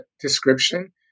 description